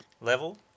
level